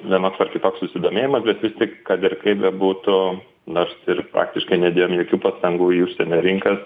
vienoks ar kitoks susidomėjimas bet vis tik kad ir kaip bebūtų nors ir faktiškai nedėjom jokių pastangų į užsienio rinkas